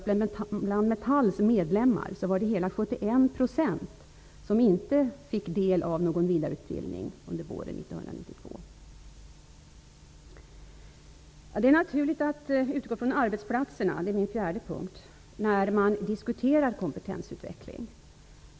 Bland Metalls medlemmar t.ex. fick 71 % inte del av någon vidareutbildning under våren 1992. Det är naturligt att utgå från arbetsplatserna -- det är min fjärde punkt -- när man diskuterar kompetensutveckling.